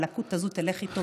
הלקות הזו תלך איתו,